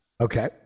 Okay